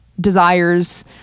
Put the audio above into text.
desires